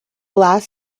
last